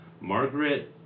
Margaret